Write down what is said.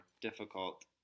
difficult